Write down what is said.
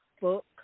book